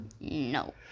No